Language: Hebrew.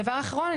דבר אחרון,